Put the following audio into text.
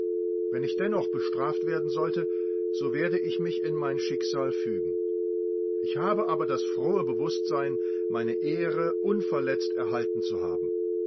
wenn ich dennoch bestraft werden sollte so werde ich mich in mein schicksal fügen ich habe aber das frohe bewußtsein meine ehre unverletzt erhalten zu haben